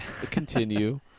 continue